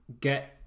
get